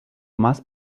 más